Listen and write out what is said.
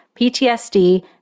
PTSD